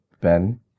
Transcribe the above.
Ben